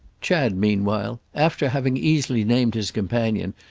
chad meanwhile, after having easily named his companion,